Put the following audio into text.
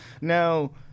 Now